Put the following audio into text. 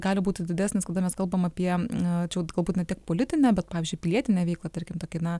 gali būti didesnis kada mes kalbam apie na čia jau galbūt ne tik politinę bet pavyzdžiui pilietinę veiklą tarkim tokį na